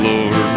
Lord